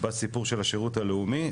בסיפור של השירות הלאומי.